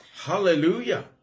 Hallelujah